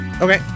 Okay